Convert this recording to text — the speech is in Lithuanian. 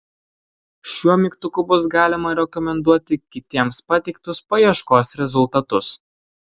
šiuo mygtuku bus galima rekomenduoti kitiems pateiktus paieškos rezultatus